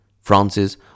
Francis